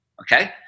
okay